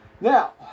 Now